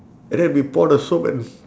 and then we pour the soap and